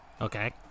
Okay